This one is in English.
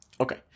Okay